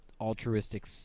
altruistic